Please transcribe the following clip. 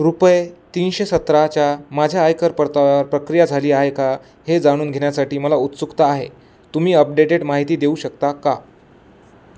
रुपये तीनशे सतराच्या माझ्या आयकर परताव्यावर प्रक्रिया झाली आहे का हे जाणून घेण्यासाठी मला उत्सुकता आहे तुम्ही अपडेटेड माहिती देऊ शकता का